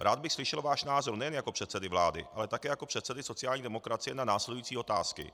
Rád bych slyšel váš názor nejen jako předsedy vlády, ale také jako předsedy sociální demokracie na následující otázky.